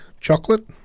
chocolate